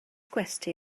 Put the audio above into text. gwesty